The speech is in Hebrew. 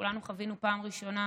וכולנו חווינו בפעם הראשונה